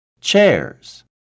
Chairs